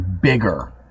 bigger